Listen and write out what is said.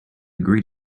grid